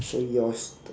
so yours